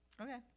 Okay